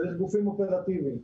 צריך גופים אופרטיביים.